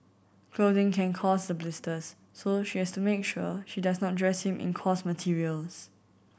clothing can cause the blisters so she has to make sure she does not dress him in coarse materials